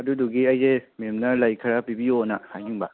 ꯑꯗꯨꯗꯨꯒꯤ ꯑꯩꯁꯦ ꯃꯦꯝꯅ ꯂꯩ ꯈꯔ ꯄꯤꯕꯤꯌꯨꯅ ꯍꯥꯏꯅꯤꯡꯕ